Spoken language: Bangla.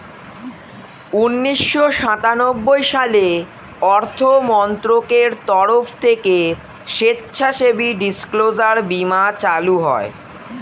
উন্নিশো সাতানব্বই সালে অর্থমন্ত্রকের তরফ থেকে স্বেচ্ছাসেবী ডিসক্লোজার বীমা চালু হয়